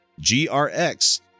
grx